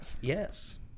Yes